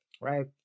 Right